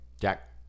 Jack